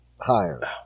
Higher